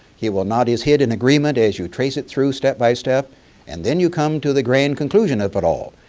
he will nod his head in agreement as you trace it through step by step and then you come to the grand conclusion of it but all,